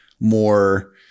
more